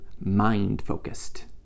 mind-focused